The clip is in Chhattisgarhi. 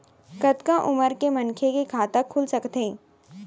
कतका उमर के मनखे के खाता खुल सकथे?